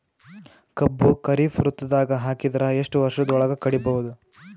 ಕಬ್ಬು ಖರೀಫ್ ಋತುದಾಗ ಹಾಕಿದರ ಎಷ್ಟ ವರ್ಷದ ಒಳಗ ಕಡಿಬಹುದು?